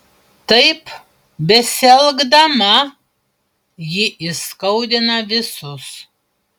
taip besielgdama ji įskaudina visus